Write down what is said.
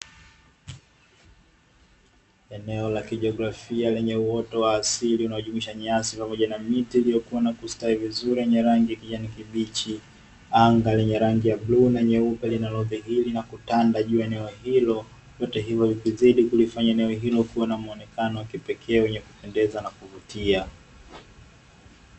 Eneo la kijiografia lenye uoto wa asili unaojumuisha nyasi, pamoja na miti iliyokua na kusitawi vizuri yenye rangi ya kijani kibichi, anga lenye rangi ya bluu na nyeupe linalodhihiri na kutanda juu ya eneo hilo, vyote hivyo vikizidi kulifanya eneo hilo kuwa na muonekano wa kipekee wenye kupendeza na kuvutia.